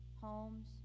homes